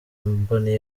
mboni